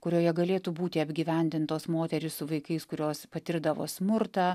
kurioje galėtų būti apgyvendintos moterys su vaikais kurios patirdavo smurtą